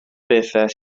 bethau